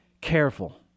careful